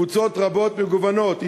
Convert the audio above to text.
קבוצות רבות ומגוונות,